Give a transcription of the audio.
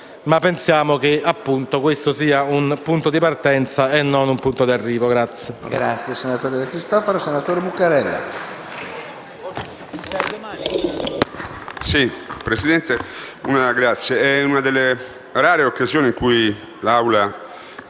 ma pensiamo che questo sia un punto di partenza e non un punto di arrivo.